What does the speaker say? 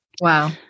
Wow